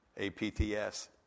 APTS